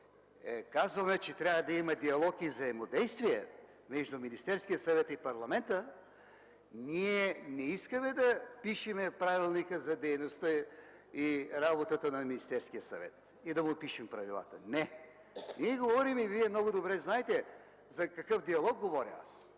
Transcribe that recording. казваме, че трябва да има диалог и взаимодействие между Министерския съвет и парламента, ние не искаме да пишем Правилника за дейността и работата на Министерския съвет и да му пишем правилата. Не! Ние говорим и Вие много добре знаете за какъв диалог говоря аз